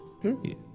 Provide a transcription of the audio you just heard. Period